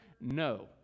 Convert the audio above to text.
No